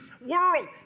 world